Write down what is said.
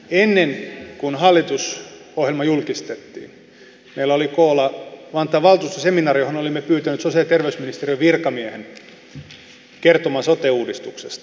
ennen kuin hallitusohjelma julkistettiin meillä oli koolla vantaan valtuustoseminaari johon olimme pyytäneet sosiaali ja terveysministeriön virkamiehen kertomaan sote uudistuksesta